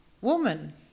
woman